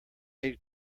aid